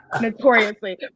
notoriously